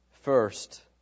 first